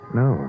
no